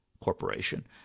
corporation